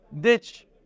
ditch